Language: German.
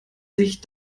sich